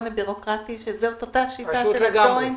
הבירוקרטי שזאת אותה שיטה של הג'וינט